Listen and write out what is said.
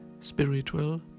spiritual